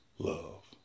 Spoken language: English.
Love